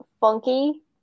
funky